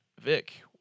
Vic